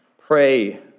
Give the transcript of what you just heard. pray